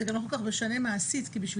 זה גם לא כל כך משנה מה עשית כי בשביל